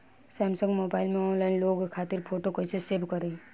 Samsung mobile में online loan खातिर photo कैसे सेभ करीं?